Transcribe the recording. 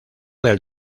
del